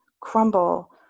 crumble